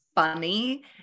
funny